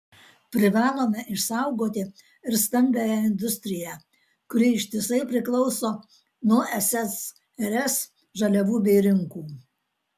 privalome išsaugoti ir stambiąją industriją kuri ištisai priklauso nuo ssrs žaliavų bei rinkų